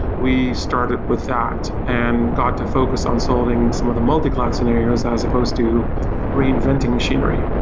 we started with that and got to focus on solving some of the multi-cloud scenarios as supposed to reinventing machinery.